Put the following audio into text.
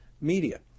media